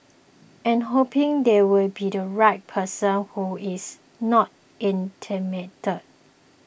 and hoping there will be the right person who is not intimidated